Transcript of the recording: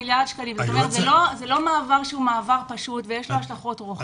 זה לא מעבר שהוא מעבר פשוט ויש לו השלכות רוחב.